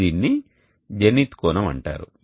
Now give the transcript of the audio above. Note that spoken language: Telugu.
దీనిని జెనిత్ కోణం అంటారు